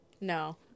no